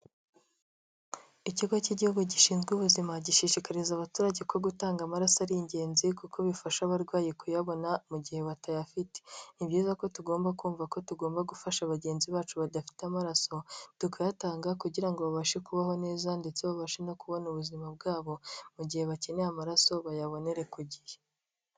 Ikigo cy'Igihugu gishinzwe ubuzima, gishishikariza abaturage ko gutanga amaraso ari ingenzi kuko bifasha abarwayi kuyabona mu gihe batayafite, ni byiza ko tugomba kumva ko tugomba gufasha bagenzi bacu badafite amaraso, tukayatanga kugira ngo babashe kubaho neza ndetse babashe no kubona ubuzima bwabo, mu gihe bakeneye amaraso bayabonere ku gihe.